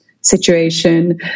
situation